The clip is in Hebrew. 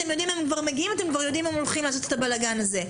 כבר יודעים שהם הולכים לעשות את הבלגן הזה.